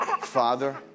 Father